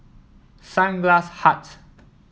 Sunglass Hut